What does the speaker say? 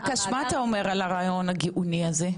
נקש, מה אתה אומר על הרעיון הגאוני הזה?